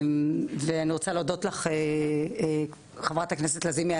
אני רוצה להודות לך היו"ר לזימי,